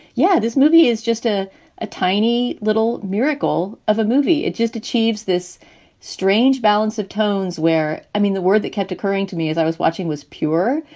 yeah, this movie is just ah a tiny little miracle of a movie. it just achieves this strange balance of tones where i mean, the word that kept occurring to me as i was watching was pure.